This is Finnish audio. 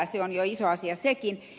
se on jo iso asia sekin